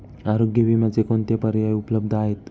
आरोग्य विम्याचे कोणते पर्याय उपलब्ध आहेत?